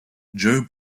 joe